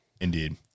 Indeed